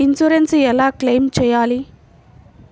Insurance ఎలా claim చేయాలి?